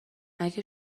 اگه